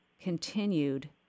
continued